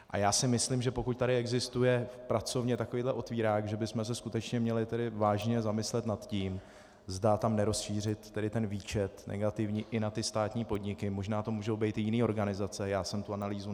A já si myslím, že pokud tady existuje pracovně takový otvírák, že bychom se skutečně měli vážně zamyslet nad tím, zda tam nerozšířit tedy ten výčet negativní i na ty státní podniky, možná to mohou být i jiné organizace, já jsem tu analýzu nedělal.